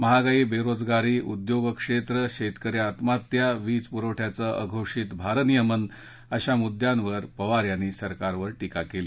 महागाई बेरोजगारी उद्योगक्षेत्र शेतकरी आत्महत्या वीज पुरवठ्याचं अघोषित भारनियमन अशा मुद्द्यावर पवार यांनी सरकारवर टीका केली